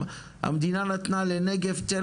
שקוראים לה קאנגב שאני מניח שאתה מכיר אותה.